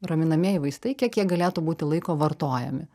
raminamieji vaistai kiek jie galėtų būti laiko vartojami